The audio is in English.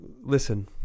listen